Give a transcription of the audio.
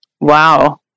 wow